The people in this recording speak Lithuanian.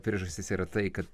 priežastis yra tai kad